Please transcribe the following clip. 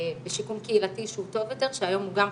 בשיקום קהילתי שהוא טוב יותר, שהיום הוא גם חסר.